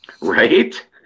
Right